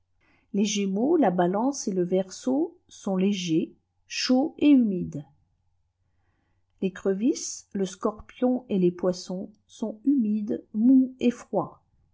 les gémeaux la balance et le verseau sont légers chauds et humides l'écrevisse le scorpion et les poissons sont humides mous et froids